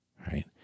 right